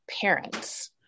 parents